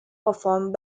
performed